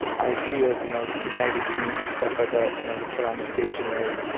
ideas, you know, through magazines and stuff like that, you know, to put on the stationery.